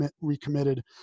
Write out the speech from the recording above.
recommitted